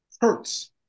hurts